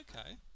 Okay